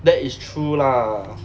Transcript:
that is true lah